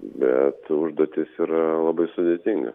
bet užduotis yra labai sudėtinga